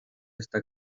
esta